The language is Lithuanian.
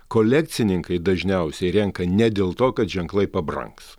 kolekcininkai dažniausiai renka ne dėl to kad ženklai pabrangs